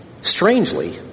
Strangely